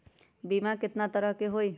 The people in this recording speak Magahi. बीमा केतना तरह के होइ?